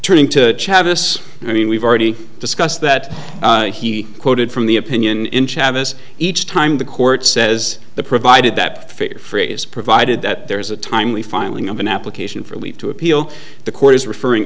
turning to chavis i mean we've already discussed that he quoted from the opinion in chavis each time the court says the provided that fair phrase provided that there is a timely filing of an application for leave to appeal the court is referring